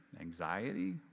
anxiety